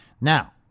Now